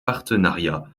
partenariats